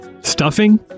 stuffing